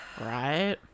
right